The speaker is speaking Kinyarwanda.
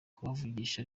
kubavugisha